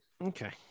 Okay